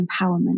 empowerment